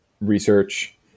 research